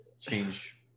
change –